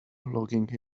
logging